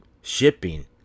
Shipping